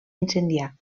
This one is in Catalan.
incendiar